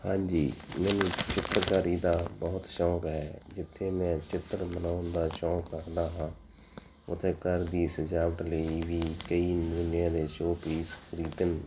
ਹਾਂਜੀ ਮੈਨੂੰ ਚਿੱਤਰਕਾਰੀ ਦਾ ਬਹੁਤ ਸ਼ੌਂਕ ਹੈ ਜਿੱਥੇ ਮੈਂ ਚਿੱਤਰ ਬਣਾਉਣ ਦਾ ਸ਼ੌਂਕ ਰੱਖਦਾ ਹਾਂ ਉੱਥੇ ਘਰ ਦੀ ਸਜਾਵਟ ਲਈ ਵੀ ਕਈ ਦੇ ਸ਼ੋ ਪੀਸ ਖ਼ਰੀਦਣ